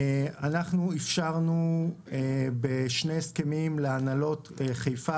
אנחנו אפשרנו בשני הסכמים להנהלות חיפה